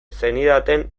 zenidaten